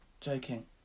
Joking